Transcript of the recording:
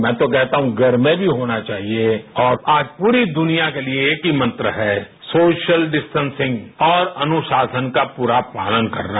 मैं तो कहता हूं घर में भी होना चाहिए और आज पूरी दुनिया के लिए एक ही मंत्र है सोशल डिस्टेसिंग और अनुशासन का पूरा पालन करना